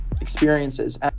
experiences